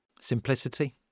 Simplicity